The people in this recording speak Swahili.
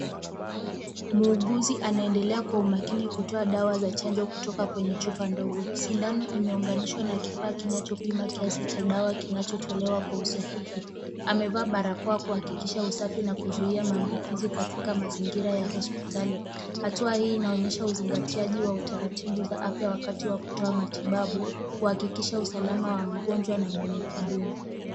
Muuguzi anaendelea kwa umakini kutoa dawa za chanjo kutoka kwenye chupa ndogo. Sindano imeunganishwa na kifaa kinachopima kiasi cha dawa kinachotolewa kwa usahihi. Amevaa barakoa kuhakikisha usafi na kuzuia maambukizi katika mazingira ya hospitali. Hatua hii inaonyesha uzingatiaji wa utaratibu za afya wakati wa kutoa matibabu kuhakikisha usalama wa mgonjwa na mwenye huduma.